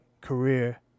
career